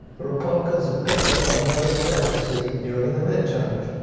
the republicans have picked up another senate seat during the mid-terms.